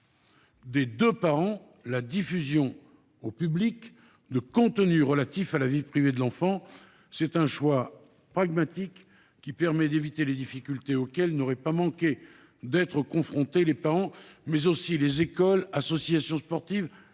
des deux parents la diffusion au public de contenus relatifs à la vie privée de l’enfant. C’est un choix pragmatique qui permet d’éviter les difficultés auxquelles n’auraient pas manqué d’être confrontés les parents, mais aussi les écoles, associations sportives